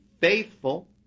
faithful